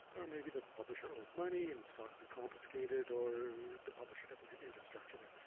or maybe the publisher owes money and stock could be confiscated, or the publisher doesn't have infrastructure there.